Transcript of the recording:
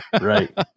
right